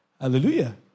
Hallelujah